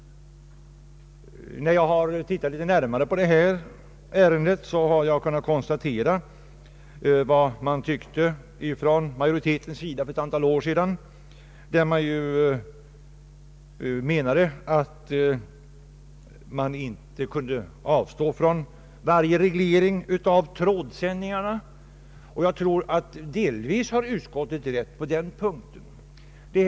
Då jag tittat närmare på detta ärende har jag kunnat konstatera vad majoriteten ansåg för ett antal år sedan, nämligen att man inte kunde avstå från varje reglering av trådsändningarna. Jag tror att utskottet har delvis rätt på den punkten.